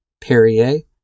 Perrier